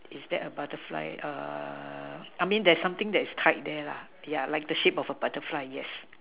is there a butterfly err I mean there is something that is tied there lah yeah like the shape of a butterfly yes